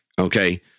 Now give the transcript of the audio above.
okay